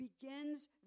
begins